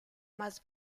más